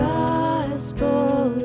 gospel